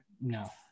No